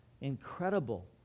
incredible